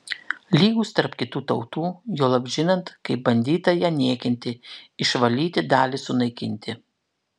lygūs tarp kitų tautų juolab žinant kaip bandyta ją niekinti išvalyti dalį sunaikinti